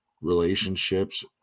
relationships